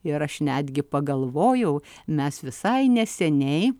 ir aš netgi pagalvojau mes visai neseniai